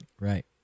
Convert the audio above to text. Right